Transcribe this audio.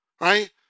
right